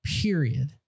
period